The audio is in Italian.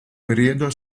periodo